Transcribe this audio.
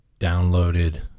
downloaded